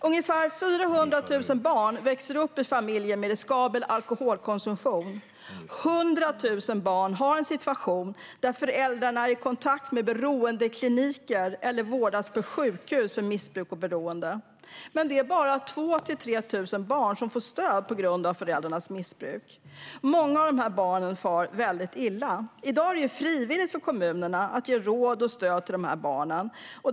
Ungefär 400 000 barn växer upp i familjer med riskabel alkoholkonsumtion, och 100 000 barn har en situation där föräldrarna är i kontakt med beroendekliniker eller vårdas på sjukhus för missbruk och beroende. Men det är bara 2 000-3 000 barn som får stöd på grund av föräldrarnas missbruk. Många av de här barnen far väldigt illa. I dag är det frivilligt för kommunerna att ge råd och stöd till de här barnen.